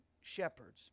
shepherds